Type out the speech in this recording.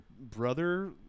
brother